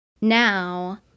now